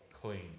clean